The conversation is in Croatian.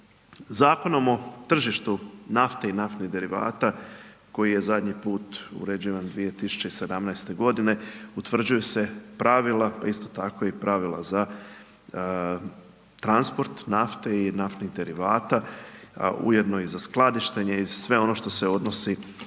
Zakonom o tržištu nafte i naftnih derivata koji je zadnji put uređivan 2017. godine utvrđuju se pravila pa isto tako i pravila za transport nafte i naftnih derivata a ujedno i za skladištenje i sve ono što se odnosi